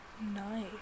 Nice